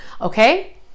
okay